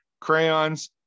crayons